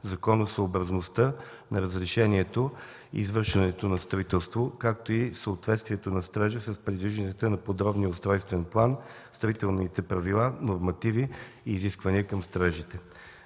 законосъобразността на разрешението за извършване на строителство, както и съответствието на строежа с предвижданията на подробния устройствен план, строителните правила, нормативи и изисквания към строежите.